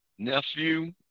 Nephew